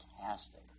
fantastic